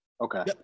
okay